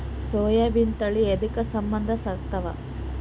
ಸೋಯಾಬಿನ ತಳಿ ಎದಕ ಸಂಭಂದಸತ್ತಾವ?